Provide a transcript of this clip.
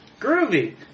Groovy